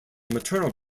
maternal